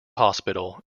hospital